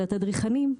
של התדריכנים,